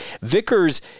Vickers